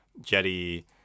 Jetty